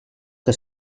que